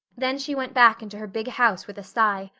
then she went back into her big house with a sigh.